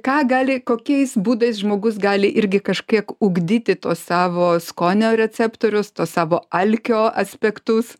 ką gali kokiais būdais žmogus gali irgi kažkiek ugdyti tuos savo skonio receptorius tuos savo alkio aspektus